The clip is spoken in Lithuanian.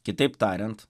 kitaip tariant